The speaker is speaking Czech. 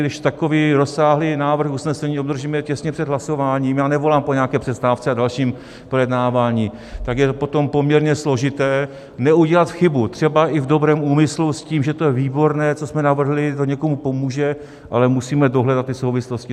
Když takový rozsáhlý návrh usnesení obdržíme těsně před hlasováním já nevolám po nějaké přestávce a dalším projednávání tak je potom poměrně složité neudělat chybu, třeba i v dobrém úmyslu, s tím, že to je výborné, co jsme navrhli, že to někomu pomůže, ale musíme dohledat souvislosti.